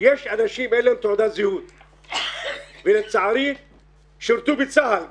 יש אנשים שאין להם תעודת זהות ולצערי שירתו בצה"ל גם,